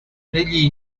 negli